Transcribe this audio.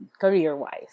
career-wise